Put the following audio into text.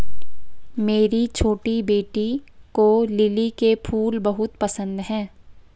मेरी छोटी बेटी को लिली के फूल बहुत पसंद है